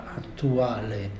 attuale